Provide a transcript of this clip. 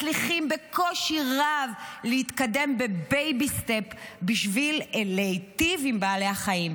מצליחים בקושי רב להתקדם ב-baby steps בשביל להיטיב עם בעלי החיים.